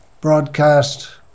broadcast